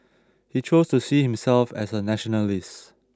he chose to see himself as a nationalist